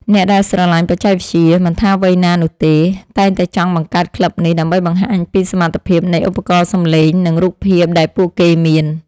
អ្នកដែលស្រឡាញ់បច្ចេកវិទ្យា មិនថាវ័យណានោះទេ តែងតែចង់បង្កើតក្លឹបនេះ ដើម្បីបង្ហាញពីសមត្ថភាពនៃឧបករណ៍សំឡេង និងរូបភាពដែលពួកគេមាន។